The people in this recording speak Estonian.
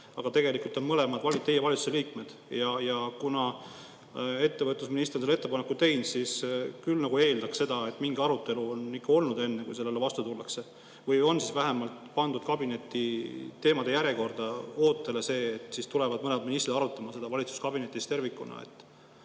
Aga tegelikult on mõlemad teie valitsuse liikmed. Ja kuna ettevõtlusminister on selle ettepaneku teinud, siis küll nagu eeldaks, et mingi arutelu on ikka olnud enne, kui tehti otsus sellele vastu tulla, või on vähemalt pandud see [küsimus] kabineti teemade järjekorda ootele. Siis tulevad mõlemad ministrid arutama seda valitsuskabinetis tervikuna,